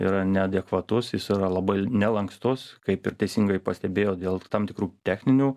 yra neadekvatus jis yra labai nelankstus kaip ir teisingai pastebėjot dėl tam tikrų techninių